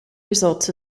results